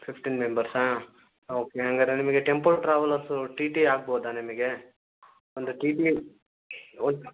fifteen ಮೆಂಬರ್ಸಾ okay ಹಂಗಾದ್ರೆ ನಿಮಗೆ ಟೆಂಪೋ ಟ್ರಾವೆಲ್ಲರ್ಸು ಟೀ ಟೀ ಆಗ್ಬೋದಾ ನಿಮಗೆ ಒಂದು ಟೀ ಟೀ